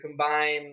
combine